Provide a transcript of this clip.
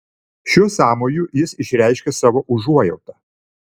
šiuo sąmoju jis išreiškė savo užuojautą